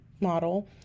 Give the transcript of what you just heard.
model